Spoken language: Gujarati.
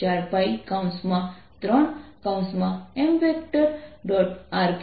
rr mr3 લખીશ